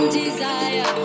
desire